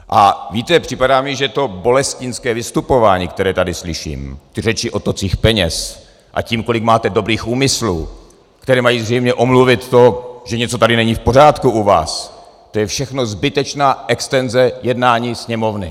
A víte, připadá mi, že to bolestínské vystupování, které tady slyším, ty řeči o tocích peněz a o tom, kolik máte dobrých úmyslů, které mají zřejmě omluvit to, že tedy není něco v pořádku u vás, to je všechno zbytečná extenze jednání Sněmovny.